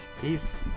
Peace